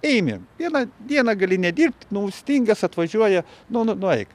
eimi vieną dieną gali nedirbt nu stingas atvažiuoja nu nu nueik